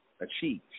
achieve